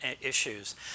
issues